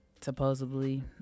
supposedly